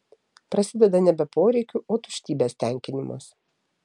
prasideda nebe poreikių o tuštybės tenkinimas